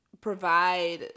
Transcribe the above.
provide